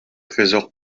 tresors